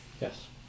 Yes